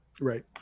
right